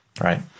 Right